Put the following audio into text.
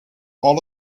all